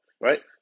Right